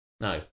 no